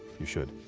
you should.